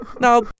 Now